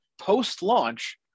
Post-launch